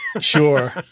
Sure